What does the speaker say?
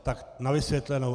To na vysvětlenou.